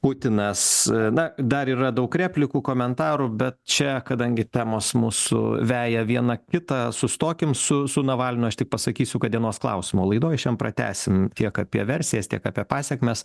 putinas na dar yra daug replikų komentarų bet čia kadangi temos mūsų veja viena kitą sustokim su su navalnu aš tik pasakysiu kad dienos klausimo laidoj šian pratęsim tiek apie versijas tiek apie pasekmes